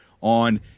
on